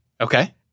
Okay